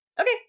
Okay